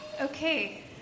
Okay